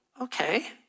okay